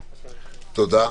תודה.